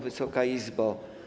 Wysoka Izbo!